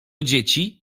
dzieci